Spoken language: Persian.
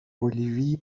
بولیوی